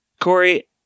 Corey